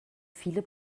viele